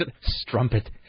strumpet